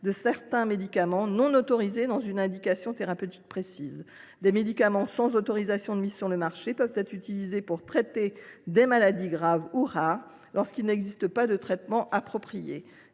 de certains médicaments non autorisés dans une indication thérapeutique précise. Des médicaments sans autorisation de mise sur le marché peuvent être utilisés pour traiter des maladies graves ou rares lorsqu’il n’existe pas de traitement approprié,